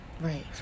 Right